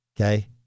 okay